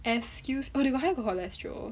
excuse oh they got high cholesterol